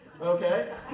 Okay